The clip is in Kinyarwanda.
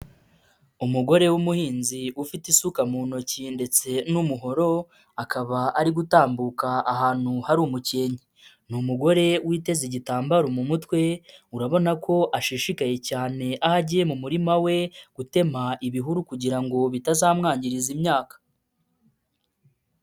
Umugore w'umuhinzi ufite isuka mu ntoki ndetse n'umuhoro, akaba ari gutambuka ahantu hari umukenke. Ni umugore witeze igitambaro mu mutwe urabona ko ashishikaye cyane, aho agiye mu murima we gutema ibihuru kugira ngo bitazamwangiriza imyaka.